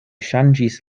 ŝanĝis